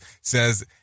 says